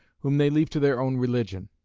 whom they leave to their own religion.